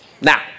Now